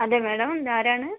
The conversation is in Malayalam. അതെ മാഡം ഇതാരാണ്